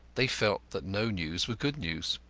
they felt that no news was good news.